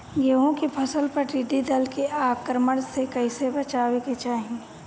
गेहुँ के फसल पर टिड्डी दल के आक्रमण से कईसे बचावे के चाही?